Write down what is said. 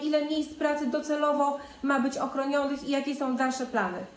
Ile miejsc pracy docelowo ma być ochronionych i jakie są dalsze plany?